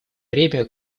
время